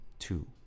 two